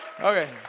Okay